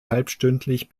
halbstündlich